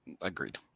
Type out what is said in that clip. Agreed